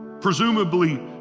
presumably